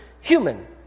human